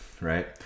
right